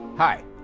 Hi